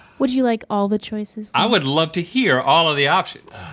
would you like all the choices? i would love to hear all of the options.